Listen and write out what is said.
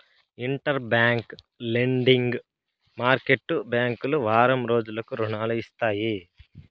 inter bank lending market బ్యాంకులు వారం రోజులకు రుణాలు ఇస్తాయి